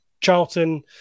charlton